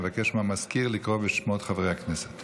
נבקש מהמזכיר לקרוא בשמות חברי הכנסת.